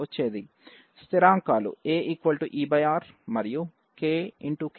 స్థిరాంకాలు aER మరియు k